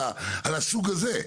על הסוג הזה.